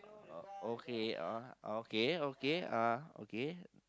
o~ okay ah okay okay ah okay